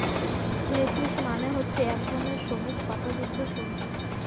lettuce মানে হচ্ছে এক ধরনের সবুজ পাতা যুক্ত সবজি